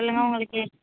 சொல்லுங்கள் உங்களுக்கு